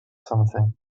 something